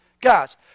Guys